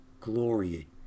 glory